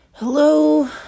Hello